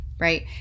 Right